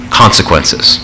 consequences